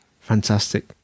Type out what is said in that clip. Fantastic